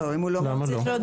למה לא?